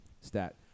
Stat